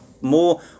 more